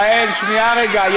יעל, שנייה.